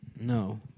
No